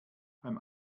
beim